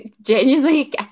Genuinely